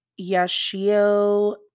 Yashio